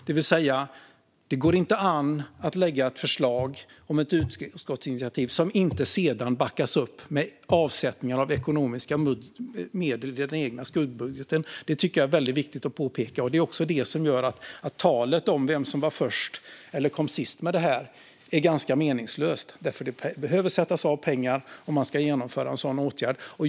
Det går inte an att lägga fram ett förslag om ett utskottsinitiativ som inte sedan backas upp med avsättningar av ekonomiska medel i den egna skuggbudgeten. Det är väldigt viktigt att påpeka. Det är också det som gör att talet om vem som var först eller kom sist med detta är ganska meningslöst. Det behöver sättas av pengar om man ska genomföra en sådan åtgärd.